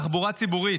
תחבורה ציבורית.